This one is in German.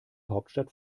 hauptstadt